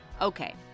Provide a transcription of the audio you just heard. Okay